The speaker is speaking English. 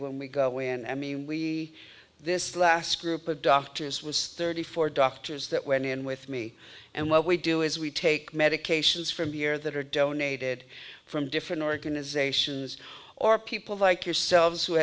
when we go away and i mean we this last group of doctors was thirty four doctors that went in with me and what we do is we take medications from here that are donated from different organizations or people like yourselves who